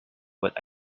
but